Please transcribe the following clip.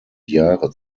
jahre